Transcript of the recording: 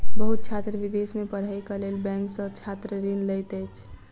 बहुत छात्र विदेश में पढ़ैक लेल बैंक सॅ छात्र ऋण लैत अछि